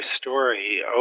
story